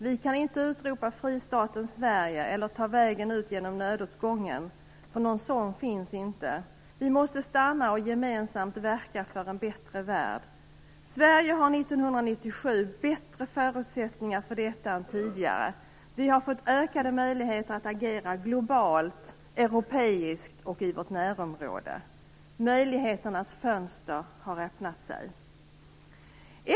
Vi kan inte utropa fristaten Sverige eller ta vägen ut genom nödutgången. Någon sådan finns inte. Vi måste stanna och gemensamt verka för en bättre värld. Sverige har 1997 bättre förutsättningar för detta än tidigare. Vi har fått ökade möjligheter att agera globalt, europeiskt och i vårt närområde. Möjligheternas fönster har öppnat sig.